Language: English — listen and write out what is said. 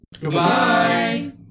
Goodbye